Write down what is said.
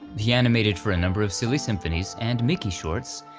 he animated for a number of silly symphonies and mickey shorts,